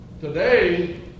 Today